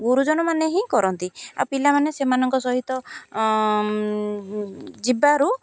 ଗୁରୁଜନ ମାନେ ହିଁ କରନ୍ତି ଆଉ ପିଲାମାନେ ସେମାନଙ୍କ ସହିତ ଯିବାରୁ